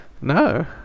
no